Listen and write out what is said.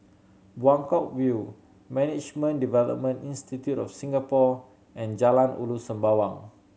Buangkok View Management Development Institute of Singapore and Jalan Ulu Sembawang